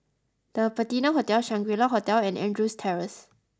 the Patina Hotel Shangri La Hotel and Andrews Terrace